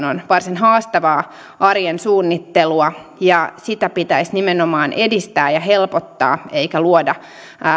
on varsin haastavaa arjen suunnittelua ja sitä pitäisi nimenomaan edistää ja helpottaa eikä luoda